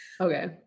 Okay